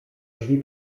drzwi